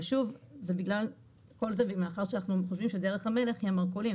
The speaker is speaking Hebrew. אבל כל זה מכיוון שאנחנו חושבים שדרך המלך היא המרכולים.